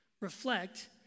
reflect